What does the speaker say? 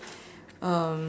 um